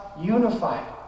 unified